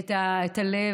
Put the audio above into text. את הלב.